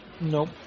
Nope